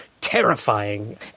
terrifying